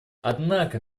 однако